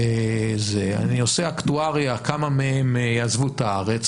אני עושה אקטואריה כמה מהם יעזבו את הארץ,